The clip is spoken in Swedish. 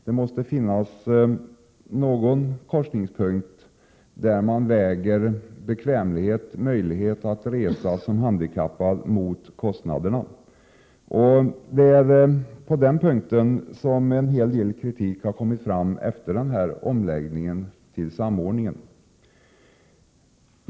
Det måste ju finnas något slags korsningspunkt, där man väger bekvämligheten och möjligheten att resa som handikappad mot kostnaderna, och det är på den punkten som en hel del kritik har kommit fram efter omläggningen till en samordning.